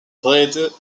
played